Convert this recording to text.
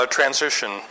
transition